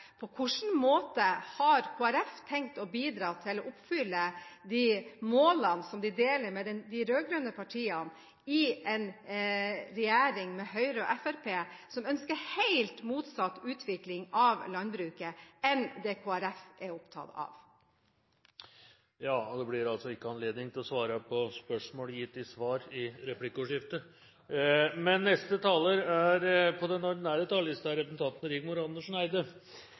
På hvilken måte har Kristelig Folkeparti tenkt å bidra til å oppfylle målene de deler med de rød-grønne partiene, i en regjering med Høyre og Fremskrittspartiet, som ønsker en helt motsatt utvikling av landbruket enn det som Kristelig Folkeparti er opptatt av? Det blir ikke gitt anledning til å svare på spørsmål som er gitt i svar i replikkordskiftet. Replikkordskiftet er dermed omme. Kristelig Folkepartis store næringspolitiske engasjement bygger på